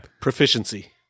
Proficiency